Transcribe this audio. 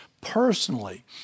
personally